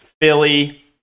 Philly